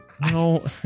No